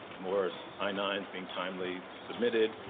more i nine s being timely submitted,